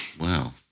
Wow